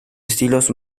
estilos